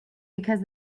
because